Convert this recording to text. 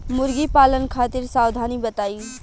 मुर्गी पालन खातिर सावधानी बताई?